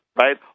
right